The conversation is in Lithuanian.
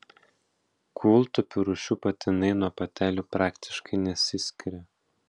kūltupių rūšių patinai nuo patelių praktiškai nesiskiria